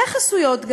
וגם חסויות,